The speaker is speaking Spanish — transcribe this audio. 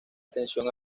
atención